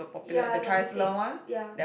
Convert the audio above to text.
ya the one you said ya